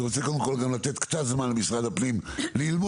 שאני רוצה לתת קצת זמן למשרד הפנים ללמוד.